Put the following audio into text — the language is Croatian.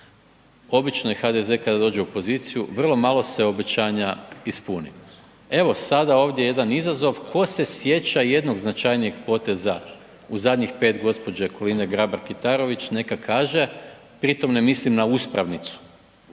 Obično HDZ kada dođe u poziciji, vrlo malo se obećanja ispuni. Evo sada ovdje jedan izazov, tko se sjeća jednog značajnijeg poteza u zadnjih 5 gđe. Kolinde Grabar Kitarović, neka kaže. Pritom ne mislim na uspravnicu.